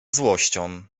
złością